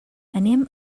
anem